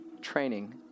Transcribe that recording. training